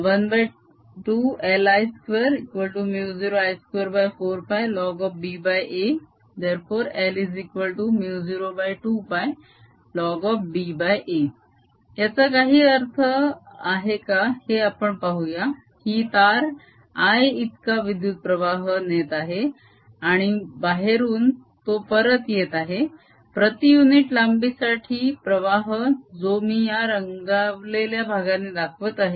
12LI20I24πlnbaL02πlnba याचा काही अर्थ आहे का हे आपण पाहूया ही तार I इतका विद्युत प्रवाह नेट आहे आणि बाहेरून तो परत येत आहे प्रती युनिट लांबी साठी प्रवाह जो मी या रंगवलेल्या भागाने दाखवत आहे